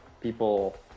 people